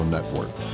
Network